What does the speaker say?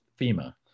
FEMA